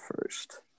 first